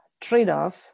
trade-off